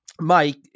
Mike